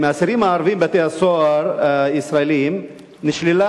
מהאסירים הערבים בבתי-הסוהר הישראליים נשללה